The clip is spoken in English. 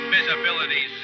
Visibility